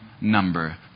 number